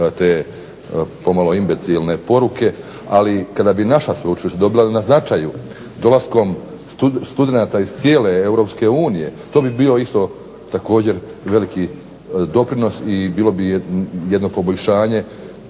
te pomalo imbecilne poruke, ali kada bi naša sveučilišta dobila na značaju dolaskom studenata iz cijele EU to bi bio isto također veliki doprinos i bilo bi jedno poboljšanje